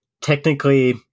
technically